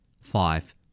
Five